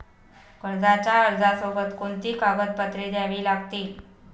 कर्जाच्या अर्जासोबत कोणती कागदपत्रे द्यावी लागतील?